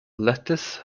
lettuce